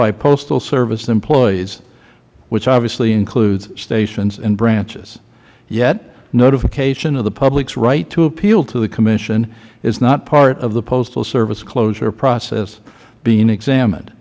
by postal service employees which obviously includes stations and branches yet notification of the public's right to appeal to the commission is not part of the postal service closure process being examined